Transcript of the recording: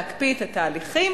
להקפיא את התהליכים,